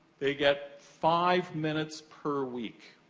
they get five minutes per week.